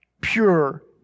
pure